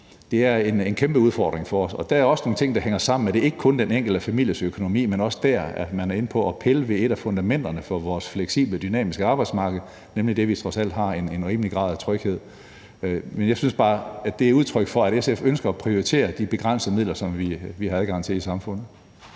er en kæmpeudfordring for os. Der er også nogle ting, der hænger sammen. Det er ikke kun den enkelte families økonomi, men det er også det, at man også der er inde at pille ved et af fundamenterne for vores fleksible og dynamiske arbejdsmarked, nemlig det, at vi trods alt har en rimelig grad af tryghed. Jeg synes bare, at det er udtryk for, at SF ønsker at prioritere de begrænsede midler, som vi har adgang til i samfundet.